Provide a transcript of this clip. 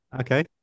Okay